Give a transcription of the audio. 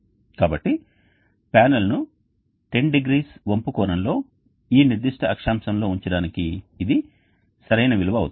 కాబట్టి ప్యానెల్ను 10 డిగ్రీల వంపు కోణంలో ఈ నిర్దిష్ట అక్షాంశంలో ఉంచడానికి ఇది సరైన విలువ అవుతుంది